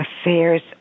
Affairs